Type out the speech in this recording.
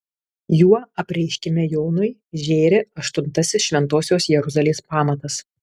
juo apreiškime jonui žėri aštuntasis šventosios jeruzalės pamatas